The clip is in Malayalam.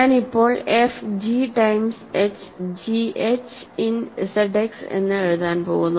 ഞാൻ ഇപ്പോൾ f g times h gh in Z Xഎന്ന് എഴുതാൻ പോകുന്നു